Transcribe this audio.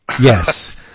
yes